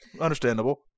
understandable